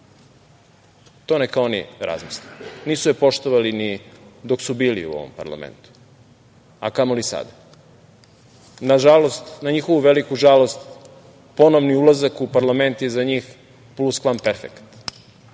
neka oni razmisle, nisu je poštovali ni dok su bili u ovom parlamentu, a kamoli sada. Na njihovu veliku žalost ponovni ulazak u parlament je za njih pluskvamperfekat.